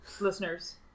listeners